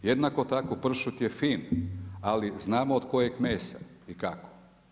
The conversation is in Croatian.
Jednako tako pršut je fin, ali znamo od kojeg mesa i kako.